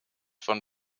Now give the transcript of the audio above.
von